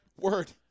Word